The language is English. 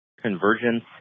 Convergence